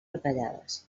retallades